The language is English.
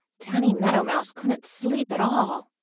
danny meadow mouse couldn't sleep at all.